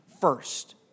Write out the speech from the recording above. first